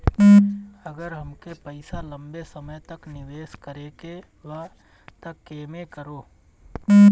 अगर हमके पईसा लंबे समय तक निवेश करेके बा त केमें करों?